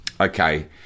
okay